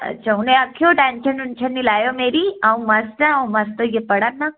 अच्छा उनेईं आखेओ टेंशन टुन्शन नि लैएयो मेरी आ'ऊं मस्त ऐ आ'ऊं मस्त होइयै पढ़ा ना